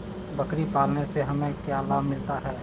बकरी पालने से हमें क्या लाभ मिलता है?